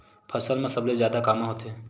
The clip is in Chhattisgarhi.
फसल मा सबले जादा कामा होथे?